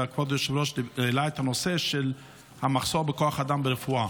וכבוד היושב-ראש העלה את הנושא של מחסור בכוח אדם ברפואה.